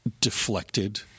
deflected